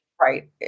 Right